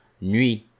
nuit